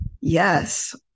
Yes